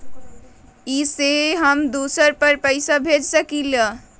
इ सेऐ हम दुसर पर पैसा भेज सकील?